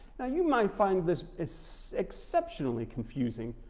now you might find this is so exceptionally confusing,